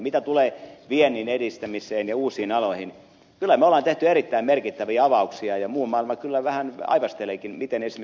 mitä tulee viennin edistämiseen ja uusiin aloihin kyllä me olemme tehneet erittäin merkittäviä avauksia ja muu maailma kyllä vähän aivasteleekin miten edetään esimerkiksi cleantechissä